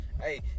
Hey